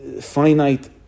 finite